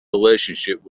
relationship